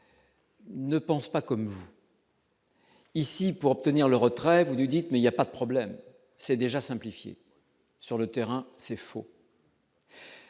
Ne pensent pas comme vous. Ici, pour obtenir le retrait, vous dites, mais il y a pas de problème, c'est déjà simplifié sur le terrain, c'est faux.